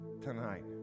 tonight